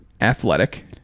athletic